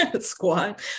squad